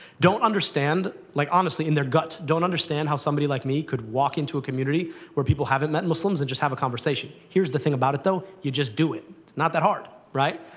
don't understand like honestly, in their gut don't understand how somebody like me could walk into a community where people haven't met muslims, and just have a conversation. here's the thing about it, though. you just do it. it's not that hard, right.